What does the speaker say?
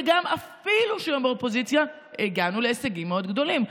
ואפילו שהיה באופוזיציה הגענו להישגים מאוד גדולים.